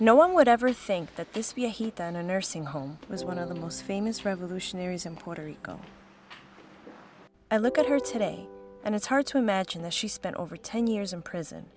no one would ever think that this be a heater in a nursing home was one of the most famous revolutionaries in puerto rico i look at her today and it's hard to imagine that she spent over ten years in prison